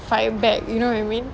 fight back you know what I mean